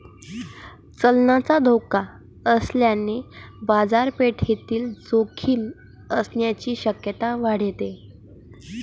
चलनाचा धोका असल्याने बाजारपेठेतील जोखीम असण्याची शक्यता वाढते